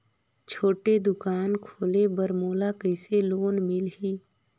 छोटे दुकान खोले बर मोला कइसे लोन मिलही?